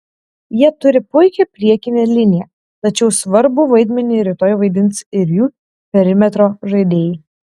jie turi puikią priekinę liniją tačiau svarbų vaidmenį rytoj vaidins ir jų perimetro žaidėjai